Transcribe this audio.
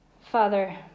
Father